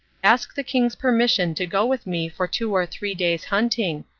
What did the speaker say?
ask the king's permission to go with me for two or three days' hunting,